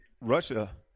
Russia